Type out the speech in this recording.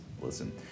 Listen